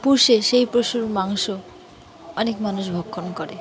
পুষে সেই পশুর মাংস অনেক মানুষ ভক্ষণ করে